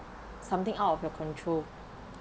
something out of your control